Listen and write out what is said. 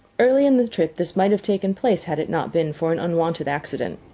early in the trip this might have taken place had it not been for an unwonted accident.